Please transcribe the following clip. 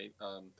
right